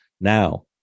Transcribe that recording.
now